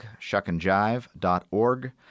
shuckandjive.org